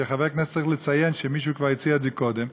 שחבר כנסת צריך לציין שמישהו כבר הציע את זה קודם.